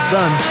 done